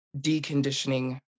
deconditioning